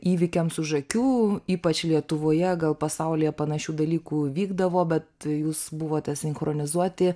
įvykiams už akių ypač lietuvoje gal pasaulyje panašių dalykų vykdavo bet jūs buvote sinchronizuoti